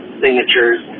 signatures